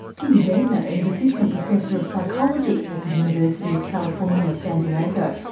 tim gentner is assistant professor of psychology at the university of california, san diego,